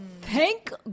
thank